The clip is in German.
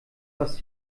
was